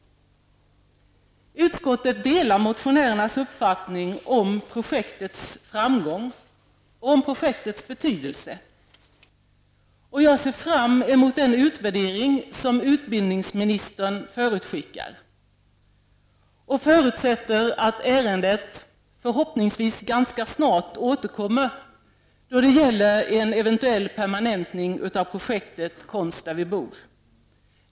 Utskottet delar motionärernas uppfattning om projektets framgång och dess betydelse. Jag ser fram emot den utvärdering som utbildningsministern förutskickar, och jag förutsätter att ärendet förhoppningsvis ganska snart återkommer då det gäller en eventuell permanentning av projektet Konst där vi bor.